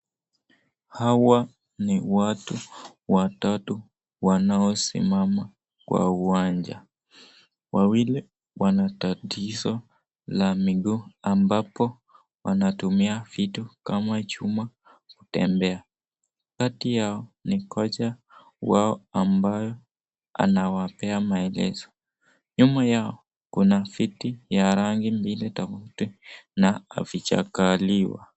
Hawa ni watu watatu wanaosimama kwa uwanja. Wawili wanatatizo la miguu ambapo wanatumia vitu kama chuma kutembea. Kati yao ni kochi wao ambayo anawapea maelezo, nyuma yao kuna viti ya rangi mbili tofauti na havijakaliwa.